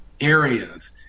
areas